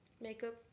Makeup